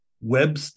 web